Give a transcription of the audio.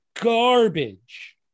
garbage